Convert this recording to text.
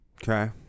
Okay